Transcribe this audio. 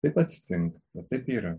taip atsitinka taip yra